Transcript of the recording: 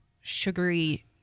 sugary